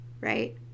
right